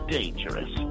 dangerous